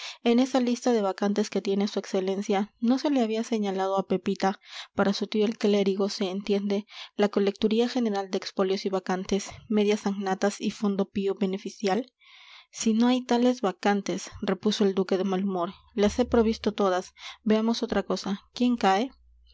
en esa lista de vacantes que tiene su excelencia no se le había señalado a pepita para su tío el clérigo se entiende la colecturía general de expolios y vacantes medias annatas y fondo pío beneficial si no hay tales vacantes repuso el duque de mal humor las he provisto todas veamos otra cosa quién cae